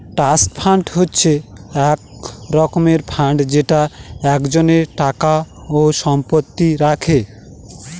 trust fund হচ্ছে এক রকমের ফান্ড যেটা একজনের টাকা ও সম্পত্তি রাখে